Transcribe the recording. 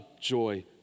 joy